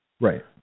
Right